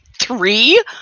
three